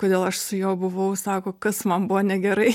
kodėl aš su juo buvau sako kas man buvo negerai